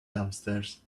downstairs